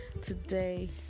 today